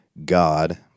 God